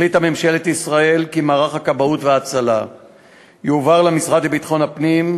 החליטה ממשלת ישראל כי מערך הכבאות וההצלה יועבר למשרד לביטחון פנים,